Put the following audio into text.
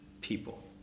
people